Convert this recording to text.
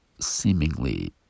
seemingly